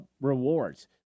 rewards